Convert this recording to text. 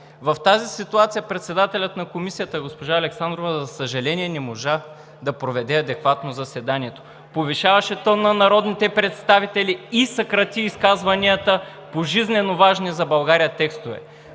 В тази ситуация председателят на Комисията госпожа Александрова, за съжаление, не можа да проведе адекватно заседанието – повишаваше тон на народните представители и съкрати изказванията по жизненоважни за България текстове.